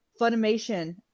Funimation